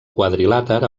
quadrilàter